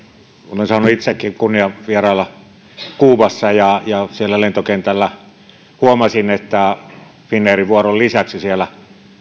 olen saanut itsekin kunnian vierailla kuubassa ja ja siellä lentokentällä huomasin että finnairin vuoron lisäksi siellä